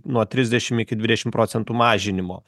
nuo trisdešim iki dvidešim procentų mažinimo